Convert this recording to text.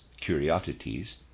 curiosities